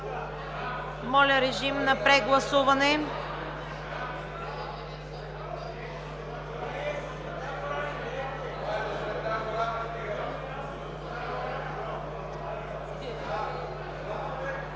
Моля режим на прегласуване.